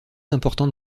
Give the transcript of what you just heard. importante